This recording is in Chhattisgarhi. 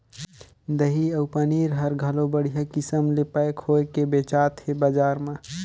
दही अउ पनीर हर घलो बड़िहा किसम ले पैक होयके बेचात हे बजार म